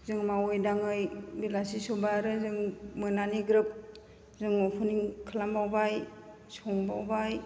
जों मावै दाङै बेलासि समबाय आरो जों मोनानि ग्रोब जों अपेनिं खालाम बावबाय संबावबाय